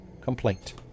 complaint